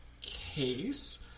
case